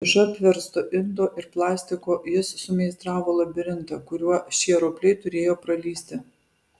iš apversto indo ir plastiko jis sumeistravo labirintą kuriuo šie ropliai turėjo pralįsti